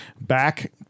back